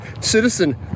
citizen